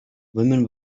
women